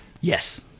Yes